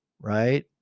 right